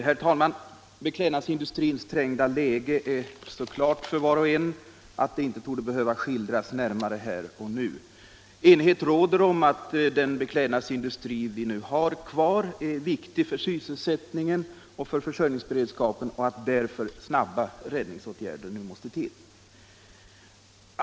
Herr talman! Beklädnadsindustrins trängda läge står så klart för var och en att det inte torde behöva skildras närmare här och nu. Enighet råder om att den beklädnadsindustri vi har kvar är viktig för sysselsättningen och försörjningsberedskapen och att snabba räddningsåtgärder därför måste till.